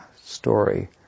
story